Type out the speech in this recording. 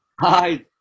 Hi